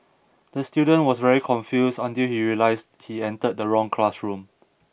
the student was very confused until he realised he entered the wrong classroom